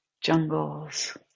jungles